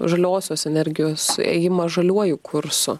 žaliosios energijos ėjimą žaliuoju kursu